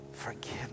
forgive